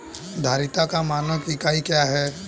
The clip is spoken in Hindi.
धारिता का मानक इकाई क्या है?